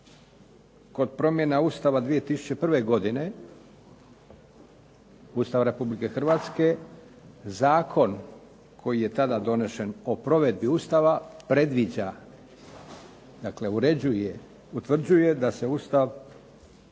kod promjena Ustava 2001. Ustava Republike Hrvatske zakon koji je tada donešen o provedbi Ustava predviđa, dakle uređuje, utvrđuje da se Ustav